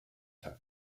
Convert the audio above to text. time